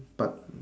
but